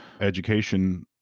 education